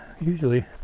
usually